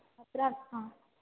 अत्र हा